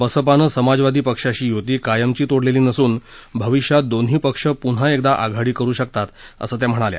बसपानं समाजवादी पक्षाशी युती कायमची तोडलेली नसून भविष्यात दोन्ही पक्ष पुन्हा एकदा आघाडी करु शकतात असं त्या म्हणाल्या